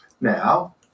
Now